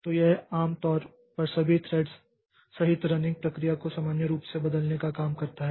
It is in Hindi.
तो यह आम तौर पर सभी थ्रेड्स सहित रनिंग प्रक्रिया को सामान्य रूप से बदलने का काम करता है